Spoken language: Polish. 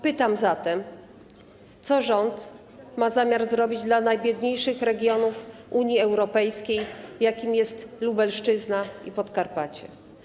Pytam zatem: Co rząd ma zamiar zrobić dla najbiedniejszych regionów Unii Europejskiej, jakimi są Lubelszczyzna i Podkarpacie.